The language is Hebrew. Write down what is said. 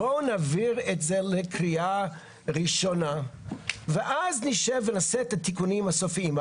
בואו נעביר את זה לקריאה ראשונה ואז נשב ונעשה את התיקונים הסופיים.